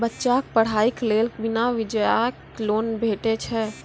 बच्चाक पढ़ाईक लेल बिना ब्याजक लोन भेटै छै?